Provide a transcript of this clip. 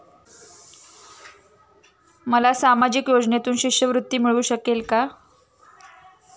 मला सामाजिक योजनेतून शिष्यवृत्ती मिळू शकेल का?